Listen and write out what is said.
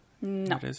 no